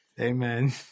Amen